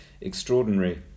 extraordinary